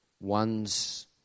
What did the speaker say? ones